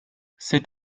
c’est